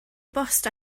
bost